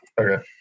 Okay